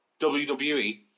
WWE